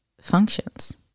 functions